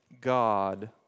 God